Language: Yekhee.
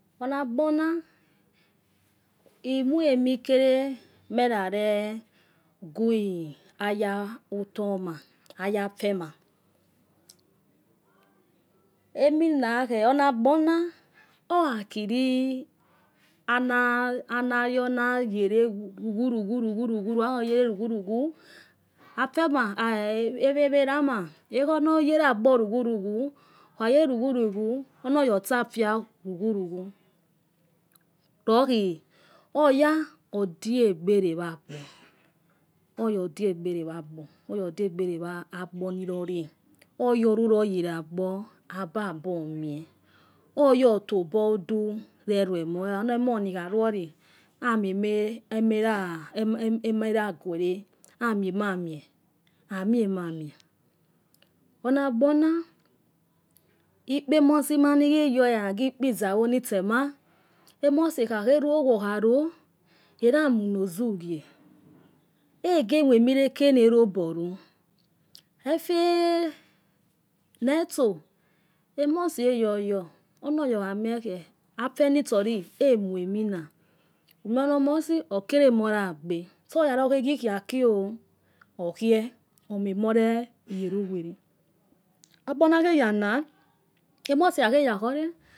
Ona. agbona. imuamikele. mayare kwi. aya otoma. aya ofemai. eminakue. ona. ogbona owakile. anayona wele khurukhuro. khuru khuru khuru. afemai khe wo erema ekhonoyele agbor rukhu rukhu ono. aya otsa fia rukhu rukhu. lohi oya odia egbere agbor oya odia egbere agba oya odia egbere agbornilore. oyalulo yela agbor ababume oya otso obo. udu. reluemo. onomona ikoro luoli. aniemaya guere. amiemamin. amuam mie. ana agbona ikpe emosi logi ikpe izaivo nitsema emosi ekhakhelu ogho. okhskuolo eysminoza ughie. egemuami la ke lenarobolu. efenie itsso. emosi eyoyi ono. iya okhakhie. emuamina. umie. ono omosi. ekelemoya gbo itso oya lokhe khikhie aki oh oklue omienere yele uwele agbonakheyana emosi ekhakhe yolehoro